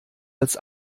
als